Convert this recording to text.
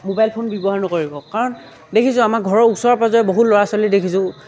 mobile phone ব্যৱহাৰ নকৰিব কাৰণ দেখিছোঁ আম ঘৰৰ ওচৰে পাঁজৰে বহু ল'ৰা ছোৱালী দেখিছো